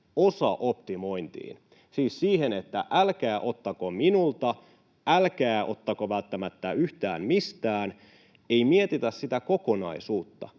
osaoptimointiin, siis siihen, että älkää ottako minulta, älkää ottako välttämättä yhtään mistään. Ei mietitä sitä kokonaisuutta.